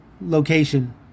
location